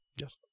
Yes